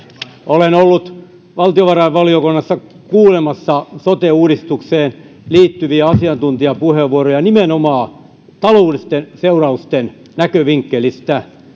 olen ollut valtiovarainvaliokunnassa kuulemassa sote uudistukseen liittyviä asiantuntijapuheenvuoroja nimenomaan taloudellisten seurausten näkövinkkelistä